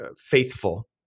faithful